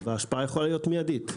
ההשפעה יכולה להיות מיידית.